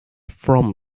from